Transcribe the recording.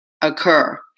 occur